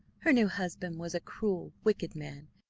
her new husband was a cruel, wicked man,